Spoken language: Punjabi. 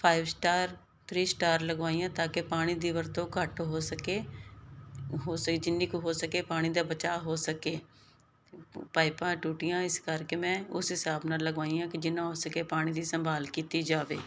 ਫਾਈਵ ਸਟਾਰ ਥਰੀ ਸਟਾਰ ਲਗਵਾਈਆਂ ਤਾਂ ਕਿ ਪਾਣੀ ਦੀ ਵਰਤੋਂ ਘੱਟ ਹੋ ਸਕੇ ਹੋ ਸੇ ਜਿੰਨੀ ਕੁ ਹੋ ਸਕੇ ਪਾਣੀ ਦਾ ਬਚਾਅ ਹੋ ਸਕੇ ਪਾਈਪਾਂ ਟੂਟੀਆਂ ਇਸ ਕਰਕੇ ਮੈਂ ਉਸ ਹਿਸਾਬ ਨਾਲ ਲਗਵਾਈਆਂ ਕਿ ਜਿੰਨਾਂ ਹੋ ਸਕੇ ਪਾਣੀ ਦੀ ਸੰਭਾਲ ਕੀਤੀ ਜਾਵੇ